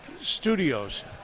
studios